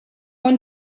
one